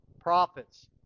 prophets